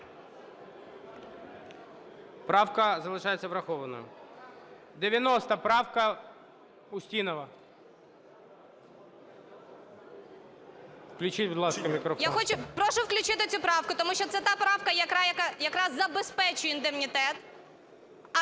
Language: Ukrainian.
Правка залишається врахованою. 90 правка, Устінова. Включіть, будь ласка, мікрофон. 11:55:04 УСТІНОВА О.Ю. Прошу включити цю правку, тому що це та правка, яка якраз забезпечує індемнітет,